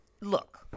Look